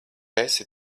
esi